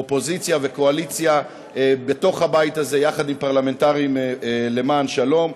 אופוזיציה וקואליציה בתוך הבית הזה יחד עם פרלמנטרים למען שלום.